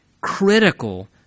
critical